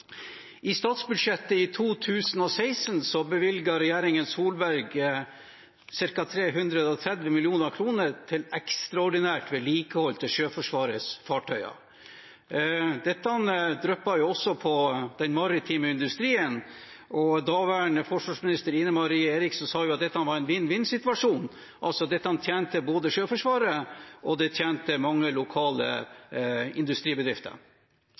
I statsbudsjettet i 2016 bevilget regjeringen Solberg ca. 330 mill. kr til ekstraordinært vedlikehold av Sjøforsvarets fartøyer. Dette dryppet også på den maritime industrien, og daværende forsvarsminister, Ine Marie Eriksen Søreide, sa at dette var en vinn-vinn-situasjon, altså at det tjente både Sjøforsvaret og mange lokale industribedrifter.